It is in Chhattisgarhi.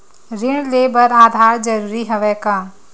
ऋण ले बर आधार जरूरी हवय का?